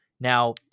Now